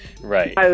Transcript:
Right